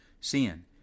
sin